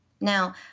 Now